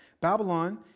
Babylon